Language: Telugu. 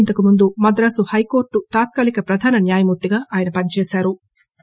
ఇంతకుముందు మద్రాసు హైకోర్టు తాత్కాలిక ప్రధాన న్యాయమూర్తిగా ఆయన పని చేశారు